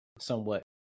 somewhat